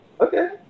Okay